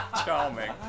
Charming